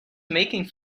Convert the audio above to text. making